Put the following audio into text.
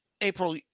April